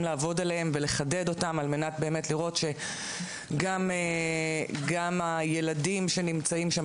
לעבוד עליהם ולחדד אותם על מנת לראות שגם הילדים שנמצאים שם,